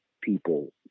people